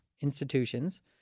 institutions